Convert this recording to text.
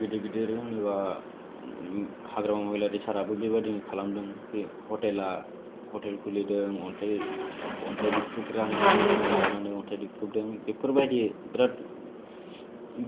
गिदिर गिदिर होनोबा हाग्रामा महिलारी साराबो बेबादिनो खालामदों कि ह'टेला ह'टेल खुलिदों अन्थाइ अन्थाइ देख्रुबग्रा माबा मेसिन लाबोनानै अन्थाइ देख्रुबदों बेफोरबायदि बिरात